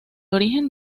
origen